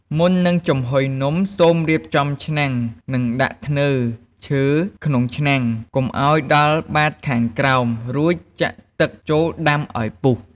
មុននឹងចំហុយនំ សូមរៀបចំឆ្នាំង និងដាក់ធ្នើរឈើក្នុងឆ្នាំងកុំឱ្យដល់បាតខាងក្រោម រួចចាក់ទឹកចូលដាំឱ្យពុះ។